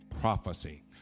prophecy